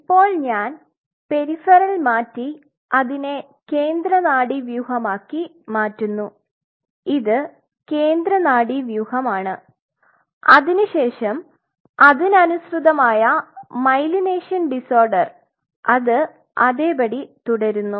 ഇപ്പോൾ ഞാൻ പെരിഫറൽ മാറ്റി അതിനെ കേന്ദ്ര നാഡീവ്യൂഹമാക്കി മാറ്റുന്നു ഇത് കേന്ദ്ര നാഡീവ്യൂഹമാണ് അതിനുശേഷം അതിനനുസൃതമായ മൈലിനേഷൻ ഡിസോർഡർ അത് അതേപടി തുടരുന്നു